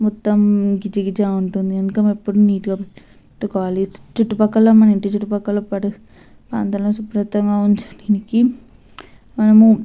మొత్తం కిచకిచ ఉంటుంది అందుకని ఎప్పుడు నీటుగా పెట్టుకోవాలి చుట్టుపక్కల మన ఇంటి చుట్టుపక్కల అంతా శుభ్రతంగా ఉంచనీకి మనము